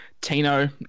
Tino